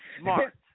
smart